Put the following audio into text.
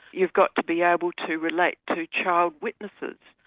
you've got to be able to relate to child witnesses,